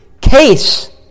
case